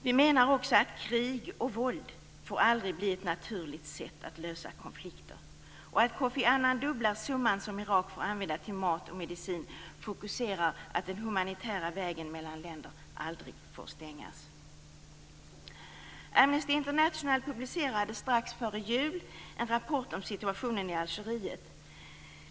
Vi menar också att krig och våld aldrig får bli ett naturligt sätt att lösa konflikter. Att Kofi Annan dubblar summan som Irak får använda till mat och medicin fokuserar att den humanitära vägen mellan länder aldrig får stängas. Amnesty International publicerade strax före jul en rapport om situationen i Algeriet.